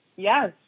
Yes